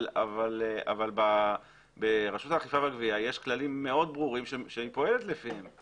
אבל ברשות האכיפה והגבייה יש כללים מאוד ברורים שהיא פועלת לפיהם.